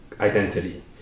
identity